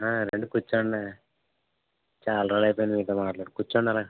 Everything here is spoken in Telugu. రండి కూర్చోండి చాలా రోజులైపోయింది మీతో మాట్లాడి కూర్చోండి అలా